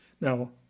now